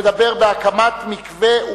חוק ומשפט כדי להכינה לקריאה שנייה